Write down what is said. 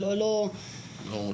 זאת אומרת,